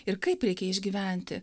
ir kaip reikia išgyventi